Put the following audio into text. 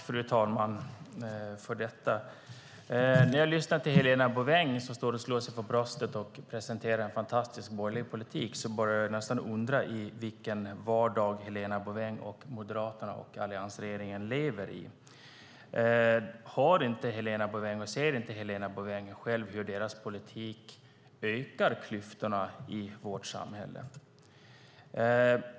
Fru talman! När jag lyssnar till Helena Bouveng som slår sig för bröstet och presenterar en fantastisk borgerlig politik börjar jag undra i vilken vardag Helena Bouveng, Moderaterna och alliansregeringen lever. Ser inte Helena Bouveng hur denna politik ökar klyftorna i vårt samhälle?